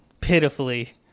pitifully